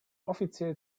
offiziell